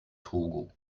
togo